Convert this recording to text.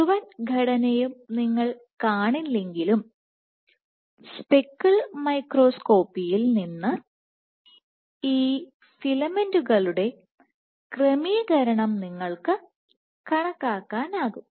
മുഴുവൻ ഘടനയും നിങ്ങൾ കാണില്ലെങ്കിലും സ്പെക്കിൾ മൈക്രോസ്കോപ്പിയിൽ നിന്ന് ഈ ഫിലമെന്റുകളുടെ ക്രമീകരണം നിങ്ങൾക്ക് കണക്കാക്കാനാകും